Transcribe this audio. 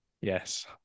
yes